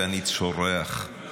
ואני צורח.